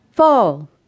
fall